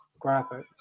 graphics